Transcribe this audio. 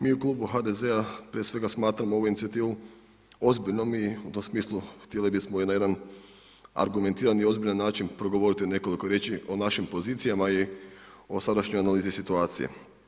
Mi u klubu HDZ-a prije svega smatramo ovu inicijativu ozbiljnom i u tom smislu htjeli bismo na jedan argumentirani i ozbiljan način progovoriti nekoliko riječi o našim pozicijama i o sadašnjoj analizi situacije.